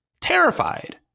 Terrified